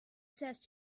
test